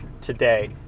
today